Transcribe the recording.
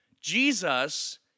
Jesus